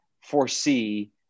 foresee